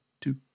two